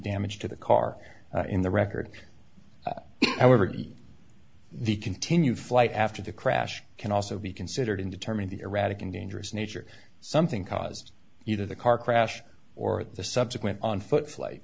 damage to the car in the record however the continued flight after the crash can also be considered in determine the erratic and dangerous nature something caused either the car crash or the subsequent on foot flight